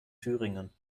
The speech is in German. thüringen